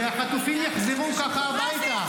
והחטופים יחזרו ככה הביתה.